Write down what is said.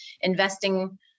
investing